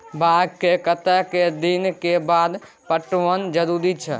बाग के कतेक दिन के बाद पटवन जरूरी छै?